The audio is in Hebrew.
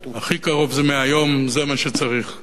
הכי קרוב זה מהיום, אם זה מה שצריך לעשות.